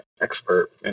expert